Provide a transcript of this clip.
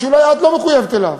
ואולי את לא מחויבת אליו.